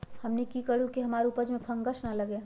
हमनी की करू की हमार उपज में फंगस ना लगे?